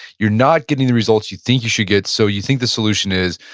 you're not getting the results you think you should get, so you think the solution is,